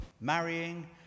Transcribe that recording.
marrying